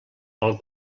pel